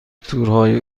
تورهای